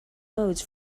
modes